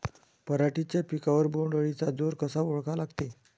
पराटीच्या पिकावर बोण्ड अळीचा जोर कसा ओळखा लागते?